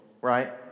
right